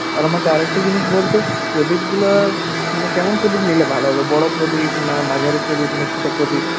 আর আমাকে আরেকটা জিনিস বলতো প্রদীপগুলো মানে কেমন প্রদীপ নিলে ভালো হবে বড় প্রদীপ না মাঝারি প্রদীপ না ছোটো প্রদীপ